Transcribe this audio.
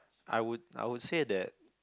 I would I would say that